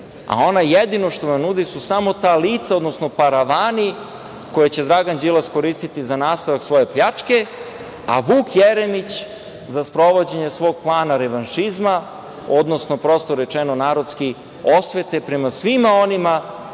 a ona jedino što vam nudi su samo ta lica, odnosno paravani koje će Dragan Đilas koristiti za nastavak svoje pljačke, a Vuk Jeremić za sprovođenje svog plana revanšizma, odnosno prosto rečeno, narodski – osvete prema svima onima